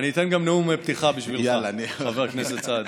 אני אתן גם נאום פתיחה בשבילך, חבר הכנסת סעדי.